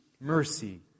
mercy